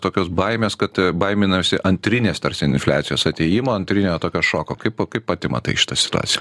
tokios baimės kad baiminasi antrinės tarsi infliacijos atėjimo antrinio tokio šoko kaip pati matai šitą situaciją